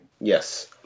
Yes